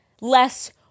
less